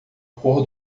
pôr